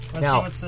Now